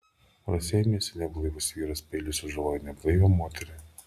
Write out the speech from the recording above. raseiniuose neblaivus vyras peiliu sužalojo neblaivią moterį